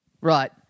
Right